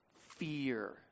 fear